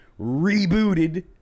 rebooted